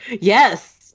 Yes